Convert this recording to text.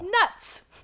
nuts